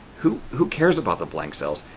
who who cares about the blank cells?